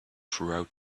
throughout